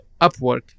upwork